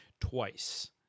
twice